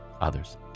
others